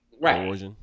Right